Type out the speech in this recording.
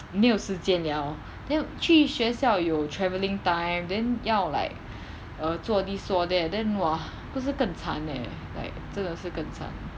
没有时间了 then 去学校有 travelling time then 要 like err 做 this 做 that then !wah! 不是更惨 leh like 真的是更惨